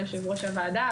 יו"ר הוועדה,